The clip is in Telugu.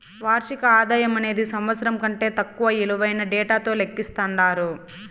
వార్షిక ఆదాయమనేది సంవత్సరం కంటే తక్కువ ఇలువైన డేటాతో లెక్కిస్తండారు